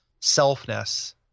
selfness